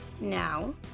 Now